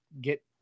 get